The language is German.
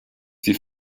sie